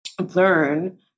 learn